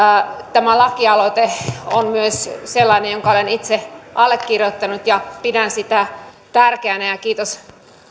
tämä lakialoite on sellainen että olen sen myös itse allekirjoittanut ja pidän sitä tärkeänä kiitos